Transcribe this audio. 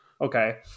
okay